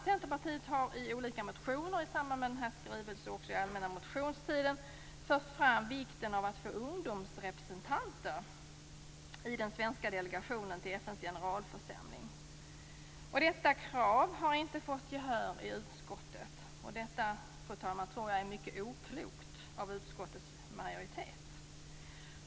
Centerpartiet har i olika motioner i samband med den här skrivelsen och under den allmänna motionstiden fört fram vikten av att få ungdomsrepresentanter i den svenska delegationen till FN:s generalförsamling. Detta krav har inte fått gehör i utskottet. Jag tror att det är mycket oklokt av utskottets majoritet, fru talman.